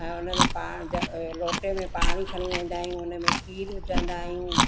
ऐं उन में पाण ज लोटे में पाणी खणी वेंदा आहियूं उन में खीरु विझंदा आहियूं